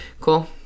Cool